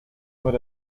immer